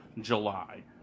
July